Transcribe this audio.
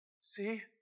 See